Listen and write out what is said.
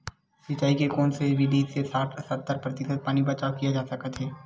सिंचाई के कोन से विधि से साठ सत्तर प्रतिशत पानी बचाव किया जा सकत हे?